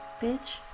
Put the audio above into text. Bitch